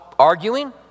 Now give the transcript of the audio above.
arguing